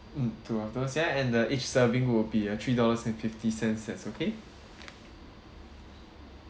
mm two of those ya and uh each serving will be uh three dollars and fifty cents that's okay